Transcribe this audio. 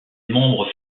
membres